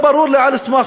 בייחוד של הכלא לנשים "נווה